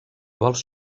vols